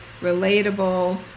relatable